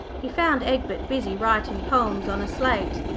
he found egbert busy writing poems on a slate.